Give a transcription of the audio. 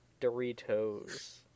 Doritos